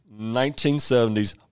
1970s